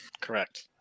Correct